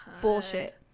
Bullshit